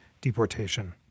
deportation